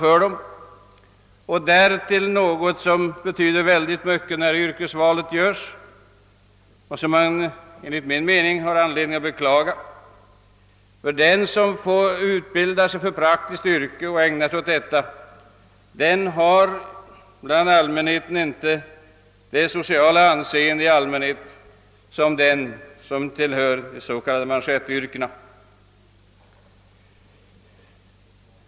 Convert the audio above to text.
Något som därtill betyder synnerligen mycket när yrkesvalet görs och som man enligt min mening har anledning att beklaga är, att den som utbildar sig till ett praktiskt yrke och ägnar sig åt detta inte bland allmänheten får samma sociala anseende som den som tillhör de s.k. manschettyrkena.